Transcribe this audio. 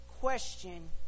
Question